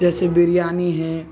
جیسے بریانی ہے